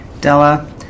Della